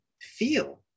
feel